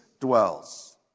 Dwells